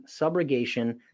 subrogation